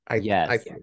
Yes